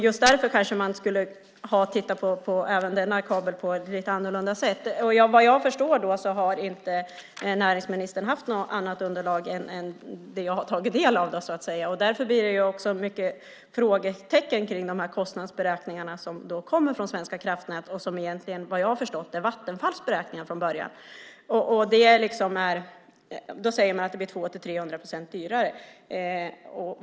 Just därför skulle man kunna titta på även denna kabel på ett lite annorlunda sätt. Vad jag förstår har näringsministern inte haft något annat underlag än det jag har tagit del av, och därför är det många frågetecken runt de kostnadsberäkningar som Svenska kraftnät har gjort och som, vad jag har förstått, är Vattenfalls beräkningar från början. Man säger att det blir 200-300 procent dyrare.